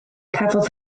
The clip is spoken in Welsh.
cafodd